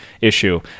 issue